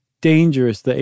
dangerous